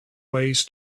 ways